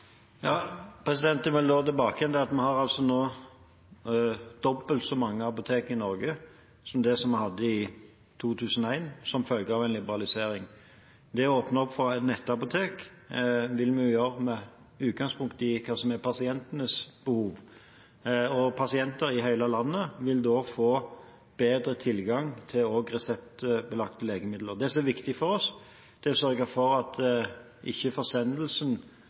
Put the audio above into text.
dobbelt så mange apotek i Norge som vi hadde i 2001, som følge av en liberalisering. Det å åpne opp for nettapotek, vil vi gjøre med utgangspunkt i hva som er pasientenes behov. Pasienter i hele landet vil da få bedre tilgang til også reseptbelagte legemidler. Det som er viktig for oss, er å sørge for at forsendelsen ikke